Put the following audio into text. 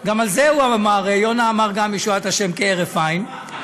גם על זה יונה אמר ישועת השם כהרף עין,